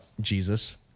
Jesus